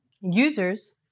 users